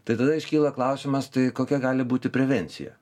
tai tada iškyla klausimas tai kokia gali būti prevencija